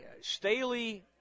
Staley